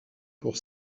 pour